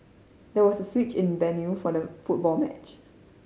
there was a switch in the venue for the football match